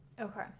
Okay